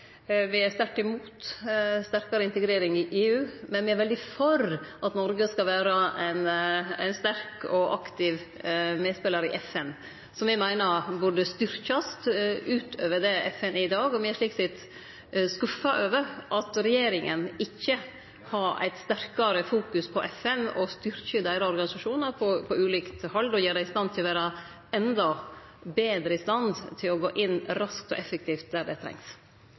Me er sterkt imot sterkare integrering i EU, men me er veldig for at Noreg skal vere ein sterk og aktiv medspelar i FN, som me meiner burde styrkjast utover det FN er i dag. Me er slik sett skuffa over at regjeringa ikkje har eit sterkare fokus på FN og vil styrkje deira organisasjonar på ulikt hald, slik at dei vil vere enda betre i stand til å gå inn raskt og effektivt der det trengst.